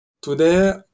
Today